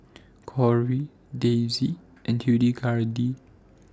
Kory Daisy and Hildegarde